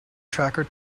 tracker